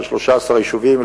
של 13 יישובים,